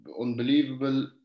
unbelievable